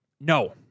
no